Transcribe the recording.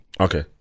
Okay